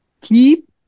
keep